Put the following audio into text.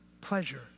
pleasure